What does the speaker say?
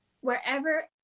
wherever